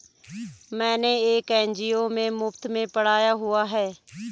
मैंने एक एन.जी.ओ में मुफ़्त में पढ़ाया हुआ है